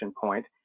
point